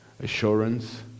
Assurance